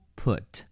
put